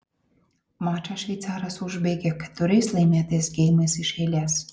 mačą šveicaras užbaigė keturiais laimėtais geimais iš eilės